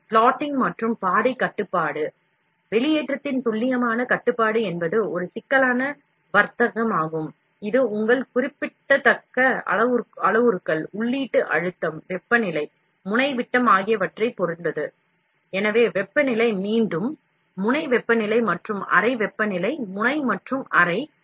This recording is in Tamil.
எனவே plotting மற்றும் பாதைக் கட்டுப்பாடு வெளியேற்றத்தின் துல்லியமான கட்டுப்பாடு என்பது ஒரு சிக்கலான வர்த்தகமாகும் இது உங்கள் குறிப்பிடத்தக்க அளவுருக்கள் உள்ளீட்டு அழுத்தம் வெப்பநிலை முனை விட்டம் ஆகியவற்றைப் பொறுத்தது எனவே வெப்பநிலை மீண்டும் முனை வெப்பநிலை மற்றும் அறை வெப்பநிலை முனை மற்றும் அறை